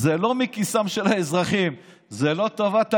זה לא מכיסם של האזרחים, זו לא טובת הנאה.